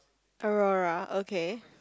Aurora okay